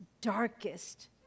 darkest